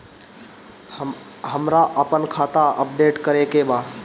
हमरा आपन खाता अपडेट करे के बा